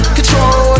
Control